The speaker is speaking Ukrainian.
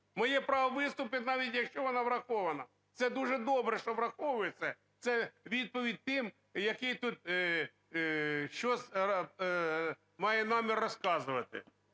Моє право – виступити, навіть якщо вона врахована. Це дуже добре, що враховується, це відповідь тим, які тут щось мають намір розказувати.